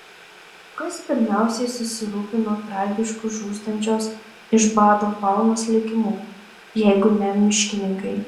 kas pirmiausiai susirūpino tragišku žūstančios iš bado faunos likimu jeigu ne miškininkai